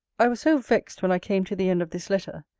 i was so vexed when i came to the end of this letter,